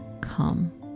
come